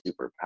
superpower